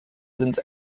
sind